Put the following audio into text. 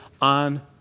on